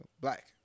black